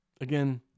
again